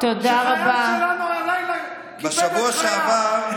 שחייל שלנו הלילה קיפד את חייו.